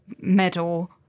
medal